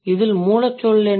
இதில் மூலச்சொல் என்ன